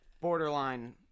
borderline